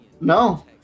No